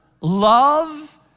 love